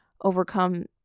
overcome